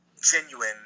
genuine